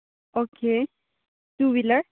okay two wheeler